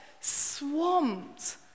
swamped